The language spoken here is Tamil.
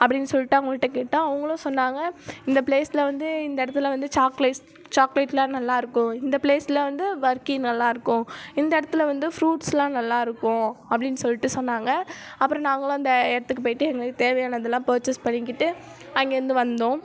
அப்படின்னு சொல்லிவிட்டு அவங்ககிட்ட கேட்டால் அவங்களும் சொன்னாங்க இந்த ப்ளேஸில் வந்து இந்த இடத்துல வந்து சாக்லேட்ஸ் சாக்லேட்லாம் நல்லாயிருக்கும் இந்த ப்ளேஸில் வந்து வர்கி நல்லாயிருக்கும் இந்த இடத்துல வந்து ஃபுரூட்ஸ்லாம் நல்லாயிருக்கும் அப்படின்னு சொல்லிவிட்டு சொன்னாங்க அப்புறம் நாங்கள்லாம் அந்த இடத்துக்கு போயிட்டு எங்களுக்கு தேவையானதுலாம் பர்ச்சேஸ் பண்ணிக்கிட்டு அங்கேருந்து வந்தோம்